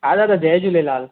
हा दादा जय झूलेलाल